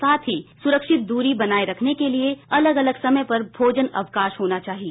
साथ ही सुरक्षित दूरी बनाए रखने के लिए अलग अलग समय पर भोजन अवकाश होना चाहिए